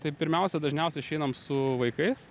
tai pirmiausia dažniausiai išeinam su vaikais